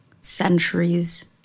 centuries